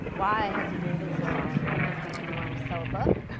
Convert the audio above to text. why has he waited so long? is it because he wanted to sell books?